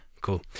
Cool